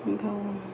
गावो